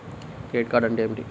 Credit card అంటే ఏమిటి?